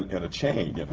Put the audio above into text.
in a chain,